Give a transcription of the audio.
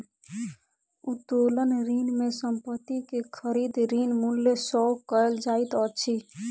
उत्तोलन ऋण में संपत्ति के खरीद, ऋण मूल्य सॅ कयल जाइत अछि